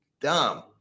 dumb